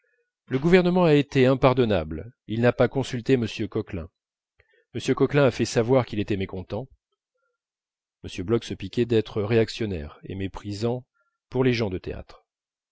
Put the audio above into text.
le gouvernement a été impardonnable il n'a pas consulté m coquelin m coquelin a fait savoir qu'il était mécontent m bloch se piquait d'être réactionnaire et méprisant pour les gens de théâtre